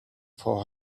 four